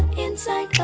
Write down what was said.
inside